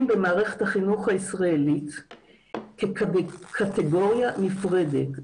במערכת החינוך הישראלית כקטגוריה נפרדת,